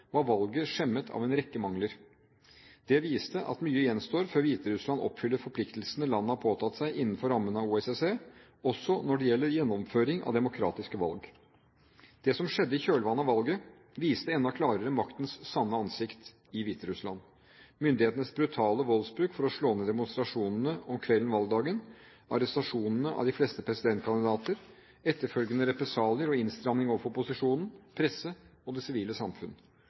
var valget skjemmet av en rekke mangler. Det viste at mye gjenstår før Hviterussland oppfyller forpliktelsene landet har påtatt seg innenfor rammen av OSSE, også når det gjelder gjennomføring av demokratiske valg. Det som skjedde i kjølvannet av valget, viste enda klarere maktens sanne ansikt i Hviterussland: Myndighetenes brutale voldsbruk for å slå ned demonstrasjonene om kvelden valgdagen, arrestasjonene av de fleste presidentkandidater, etterfølgende represalier og innstramning overfor opposisjonen, presse og det sivile samfunn.